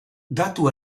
datu